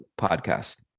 podcast